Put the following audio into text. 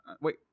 wait